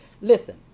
Listen